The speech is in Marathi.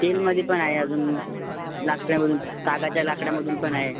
स्टीलमध्ये पण आहे अजून लाकडामधून सागाच्या लाकडामधून पण आहे